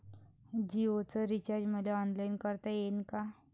जीओच रिचार्ज मले ऑनलाईन करता येईन का?